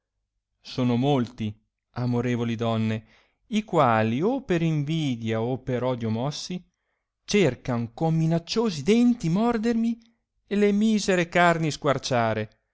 sono molti amorevoli donne i quali o per invidia per odio mossi cercano co minacciosi denti mordermi e le misere carni squarciare